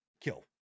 kill